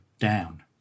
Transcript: down